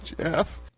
Jeff